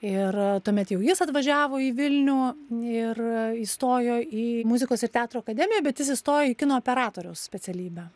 ir tuomet jau jis atvažiavo į vilnių ir įstojo į muzikos ir teatro akademiją bet jis įstojo į kino operatoriaus specialybę